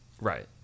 Right